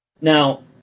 Now